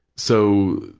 so,